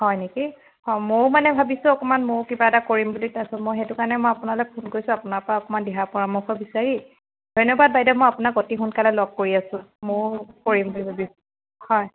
হয় নেকি অ মইও মানে ভাবিছোঁ অকণমান মইও কিবা এটা কৰিম বুলি তাৰপিছত মই সেইটো কাৰণে মই আপোনালৈ ফোন কৰিছোঁ আপোনাৰ পা অকণমান দিহা পৰামৰ্শ বিচাৰি ধন্যবাদ বাইদেউ মই আপোনাক অতি সোনকালে লগ কৰি আছোঁ মইও কৰিম বুলি ভাবিছোঁ হয়